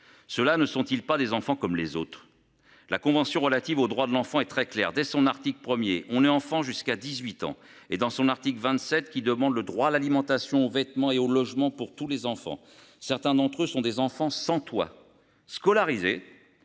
Cela ne sont-ils pas des enfants comme les autres. La Convention relative aux droits de l'enfant est très clair, dès son article 1er on est enfant jusqu'à 18 ans et dans son article 27 qui demandent le droit à l'alimentation, vêtements et au logement pour tous les enfants. Certains d'entre eux sont des enfants sans toit scolarisés